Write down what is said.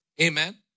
Amen